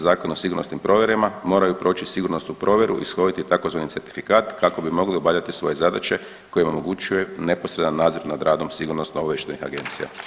Zakona o sigurnosnim provjerama moraju proći sigurnosnu provjeru, ishoditi tzv. certifikat kako bi mogli obavljati svoje zadaće koje im omogućuje neposredan nadzor nad radom sigurnosno-obavještajnih agencija.